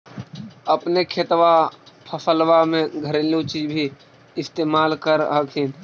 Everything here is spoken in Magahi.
अपने खेतबा फसल्बा मे घरेलू चीज भी इस्तेमल कर हखिन?